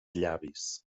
llavis